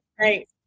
right